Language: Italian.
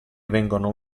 vengono